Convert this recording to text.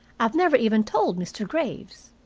i've never even told mr. graves.